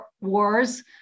Wars